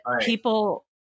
people